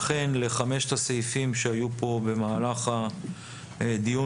לכן לחמשת הסעיפים שהיו כאן במהלך הדיון